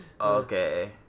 Okay